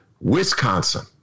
Wisconsin